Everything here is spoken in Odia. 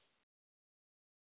ଆଉ କ'ଣ କ'ଣ ସୁବିଧା ଅଛି